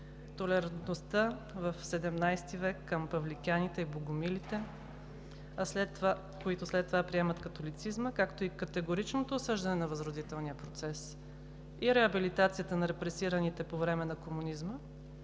толерантността в XVII в. към павликяните и богомилите, които след това приемат католицизма, както и категоричното осъждане на възродителния процес и реабилитацията на репресираните по време на комунизма,